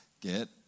Get